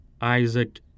Isaac